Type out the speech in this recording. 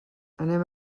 anem